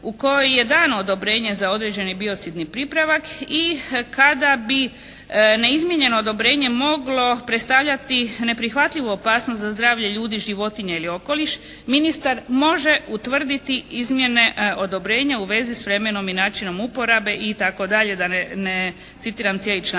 u kojoj je dano odobrenje za određeni biocidni pripravak i kada bi neizmijenjeno odobrenje moglo predstavljati neprihvatljivu opasnost za zdravlje ljudi, životinja ili okoliš. Ministar može utvrditi izmjene odobrenja u vezi s vremenom i načinom uporabe itd. da ne citiram cijeli članak.